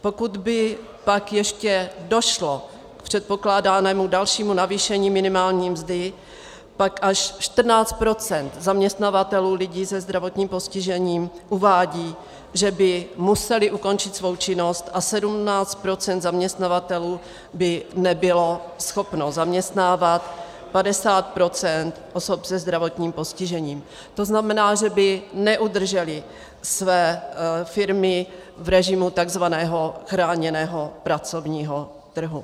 Pokud by pak ještě došlo k předpokládanému dalšímu navýšení minimální mzdy, pak až 14 % zaměstnavatelů lidí se zdravotním postižením uvádí, že by museli ukončit svou činnost, a 17 % zaměstnavatelů by nebylo schopno zaměstnávat 50 % osob se zdravotním postižením, to znamená, že by neudrželi své firmy v režimu takzvaného chráněného pracovního trhu.